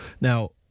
Now